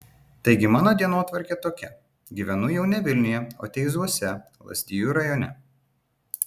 taigi mano dienotvarkė tokia gyvenu jau ne vilniuje o teizuose lazdijų rajone